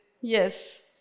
Yes